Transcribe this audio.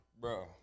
bro